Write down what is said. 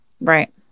Right